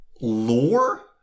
lore